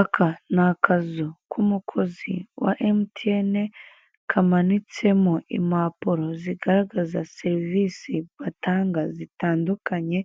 Aka nakazu k'umukozi wa MTN kamanitsemo impapuro zigaragaza serivise batanga zitandukanye